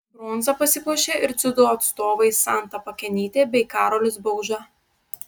bronza pasipuošė ir dziudo atstovai santa pakenytė bei karolis bauža